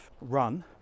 run